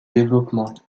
développement